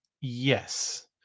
Yes